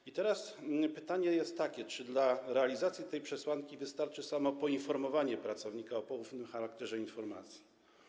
I teraz pytanie jest takie: Czy dla realizacji tej przesłanki wystarczy samo poinformowanie pracownika o poufnym charakterze informacji?